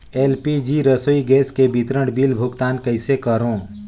LPG रसोई gas के विवरण बिल भुगतान कइसे करों?